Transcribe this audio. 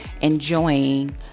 enjoying